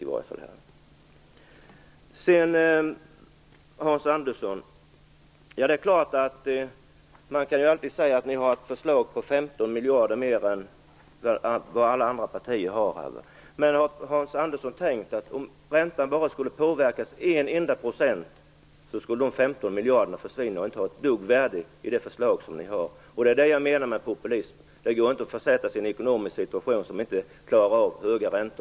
Till Hans Andersson vill jag säga att det är klart att man kan säga att Vänsterpartiet föreslår 15 miljarder mer än vad andra partier gör. Men om räntan skulle påverkas en enda procent skulle de 15 miljarderna försvinna och inte vara värda ett dugg. Det är det jag menar med populism. Det går inte att försätta sig i en ekonomisk situation som inte klarar av höga räntor.